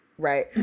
Right